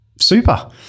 super